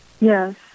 Yes